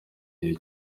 gihe